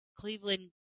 cleveland